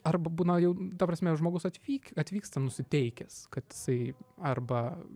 arba būna jau ta prasme žmogus atvyk atvyksta nusiteikęs kad jisai arba